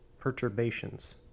Perturbations